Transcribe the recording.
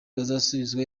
bazasubizwa